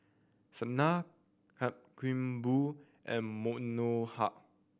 Sanal Mankombu and Manohar